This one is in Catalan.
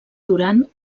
duran